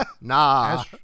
Nah